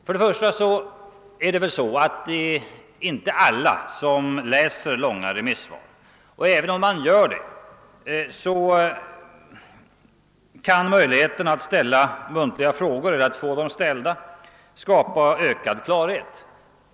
För det första är det inte alla som läser långa remissvar, och även om man gör det kan möjligheten att ställa muntliga frågor — eller att få dem ställda — skapa ökad klarhet.